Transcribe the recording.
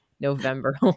november